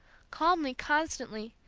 calmly, constantly,